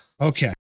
Okay